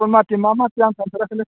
मा मा माति आं सारफेराखैलै